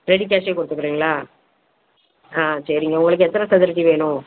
ready கேஷே கொடுத்துக்குறீங்களா ஆ சரிங்க உங்களுக்கு எத்தனை சதுரடி வேணும்